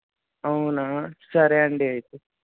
అవునా సరేండి అయితే